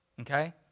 Okay